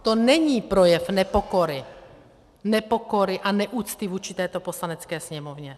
To není projev nepokory, nepokory a neúcty vůči této Poslanecké sněmovně.